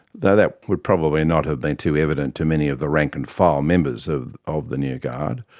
though that would probably not have been too evident to many of the rank and file members of of the new guard.